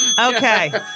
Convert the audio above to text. Okay